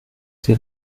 sie